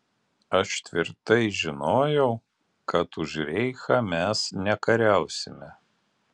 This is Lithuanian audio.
aš tvirtai žinojau kad už reichą mes nekariausime